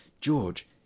George